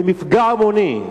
זה מפגע המוני.